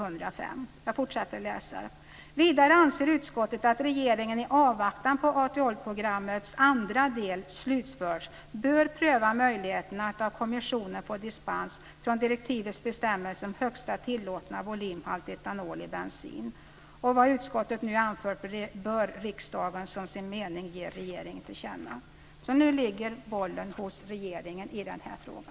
Vidare står det i betänkandet: "Vidare anser utskottet att regeringen i avvaktan på att Auto/oil-programmets andra del slutförts bör pröva möjligheten att av kommissionen få dispens från direktivets bestämmelser om högsta tillåtna volymhalt etanol i bensin. Vad utskottet nu anfört bör riksdagen som sin mening ge regeringen till känna." Nu ligger alltså bollen hos regeringen i denna fråga.